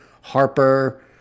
Harper